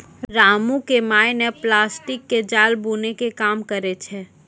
रामू के माय नॅ प्लास्टिक के जाल बूनै के काम करै छै